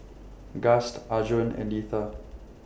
Gust Arjun and Letha